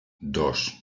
dos